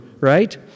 right